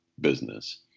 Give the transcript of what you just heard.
business